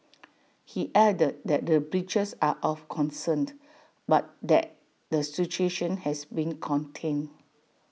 he added that the breaches are of concerned but that the situation has been contained